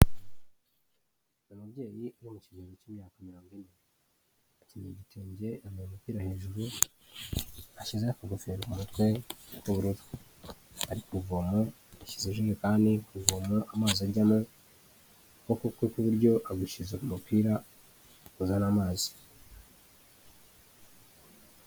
Umubyeyi uri mu kigero cy'imyaka mirongo ine, akenyeye igitenge, yambaye umupira hejuru, ashyize akagofero ku mutwe k'ubururu, ari ku ivomo, ashyize ijerekani ku ivomo, amazi ajyamo, ukuboko kwe kw'iburyo agushyize ku mupira uzana amazi.